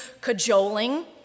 cajoling